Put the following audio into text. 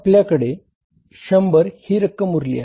आपल्याकडे 100 ही रक्कम उरली आहे